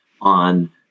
on